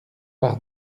par